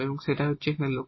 এবং সেটাই হল এখানে লক্ষ